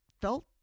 felt